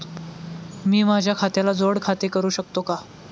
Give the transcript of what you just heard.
मी माझ्या खात्याला जोड खाते करू शकतो का?